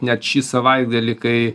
net šį savaitgalį kai